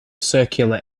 circular